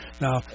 Now